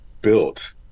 built